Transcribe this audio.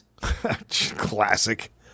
Classic